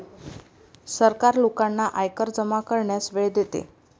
सरकार लोकांना आयकर जमा करण्यास वेळ देते